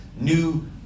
new